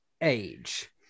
age